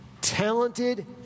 talented